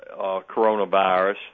coronavirus